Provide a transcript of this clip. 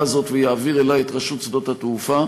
הזאת ויעביר אלי את רשות שדות התעופה.